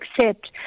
accept